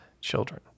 children